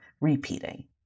repeating